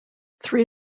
three